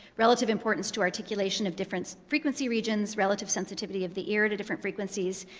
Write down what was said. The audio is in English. relative importance to articulation of different frequency regions, relative sensitivity of the ear to different frequencies,